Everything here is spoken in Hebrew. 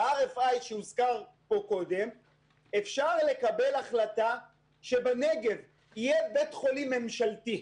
ב-RFI שהוזכר פה קודם אפשר לקבל את ההחלטה שבנגב יהיה בית חולים ממשלתי,